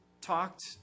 talked